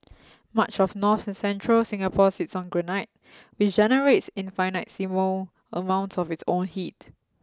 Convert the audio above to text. much of north and central Singapore sits on granite which generates infinitesimal amounts of its own heat